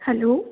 hello